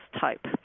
type